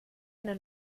eine